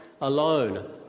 alone